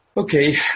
Okay